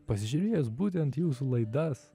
pasižiūrėjęs būtent jūsų laidas